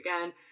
again